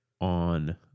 on